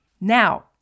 Now